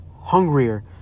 hungrier